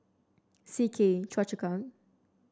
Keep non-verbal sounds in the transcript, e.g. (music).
C K (unintelligible)